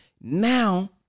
Now